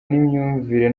n’imyumvire